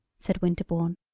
said winterbourne.